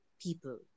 people